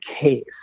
case